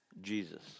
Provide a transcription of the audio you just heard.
Jesus